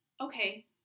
Okay